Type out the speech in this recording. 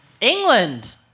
England